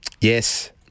Yes